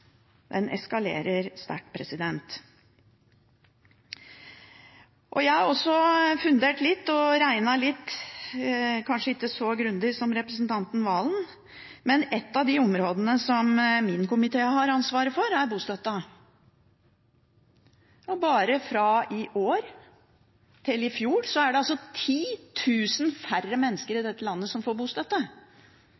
Den eskalerer sterkt. Jeg har også fundert litt og regnet litt – kanskje ikke så grundig som representanten Serigstad Valen – og ett av de områdene som min komité har ansvaret for, er bostøtta. Bare fra i fjor til i år er det altså 10 000 færre mennesker i